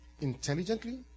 intelligently